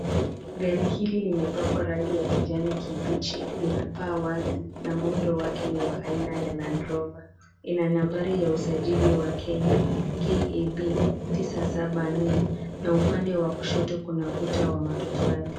Gari hili limepakwa rangi ya kijani kibichi lina paa wazi na muundo wake ni wa aina ya Land Rover. Ina nambari ya usajili wa Kenya KAB 974 na upande wa kushoto kuna ukuta wa matofali.